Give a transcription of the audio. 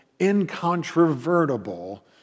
incontrovertible